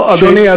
לא, אדוני.